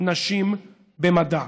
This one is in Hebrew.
נשים במדע.